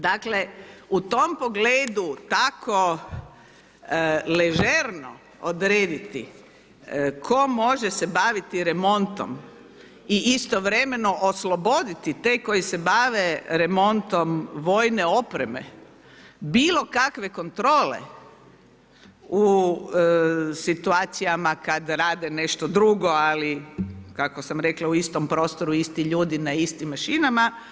Dakle u tom pogledu tako ležerno odrediti tko može se baviti remontom i istovremeno osloboditi te koji se bave remontom vojne opreme bilo kakve kontrole u situacijama kada rade nešto drugo ali kako sam rekla u istom prostoru, isti ljudi na istim mašinama.